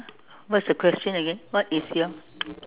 what's the question again what is your